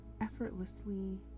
effortlessly